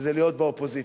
וזה להיות באופוזיציה.